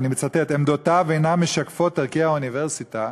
אני מצטט: "עמדותיו אינן משקפות ערכי האוניברסיטה",